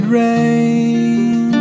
rain